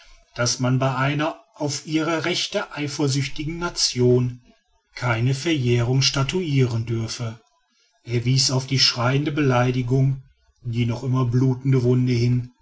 daß man bei einer auf ihre rechte eifersüchtigen nation keine verjährung statuiren dürfe er wies auf die schreiende beleidigung die noch immer blutende wunde hin